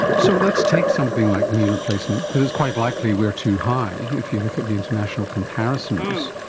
so let's take something like knee replacement, because it's quite likely we are too high, if you look at the international comparisons.